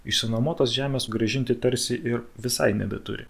išsinuomotos žemės grąžinti tarsi ir visai nebeturi